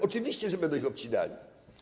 Oczywiście, że będą ich obcinali.